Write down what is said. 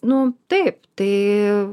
nu taip tai